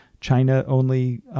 China-only